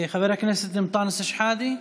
חבר הכנסת אנטאנס שחאדה,